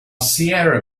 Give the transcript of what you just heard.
sierra